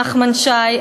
נחמן שי,